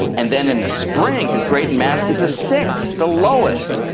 and then in the spring his grade in maths is a six, the lowest.